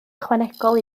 ychwanegol